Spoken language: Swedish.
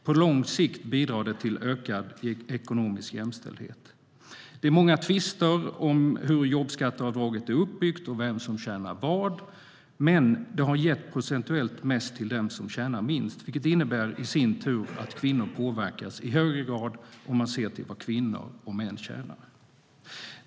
På lång sikt bidrar det till ökad ekonomisk jämställdhet. Det är många tvister om hur jobbskatteavdraget är uppbyggt och vem som tjänar vad. Men det har gett procentuellt mest till dem som tjänar minst, vilket i sin tur innebär att kvinnor påverkas i högre grad, om man ser till vad kvinnor och män tjänar.